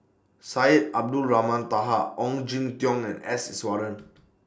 Syed Abdulrahman Taha Ong Jin Teong and S Iswaran